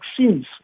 vaccines